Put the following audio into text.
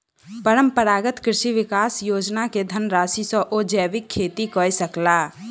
परंपरागत कृषि विकास योजना के धनराशि सॅ ओ जैविक खेती कय सकला